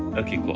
okay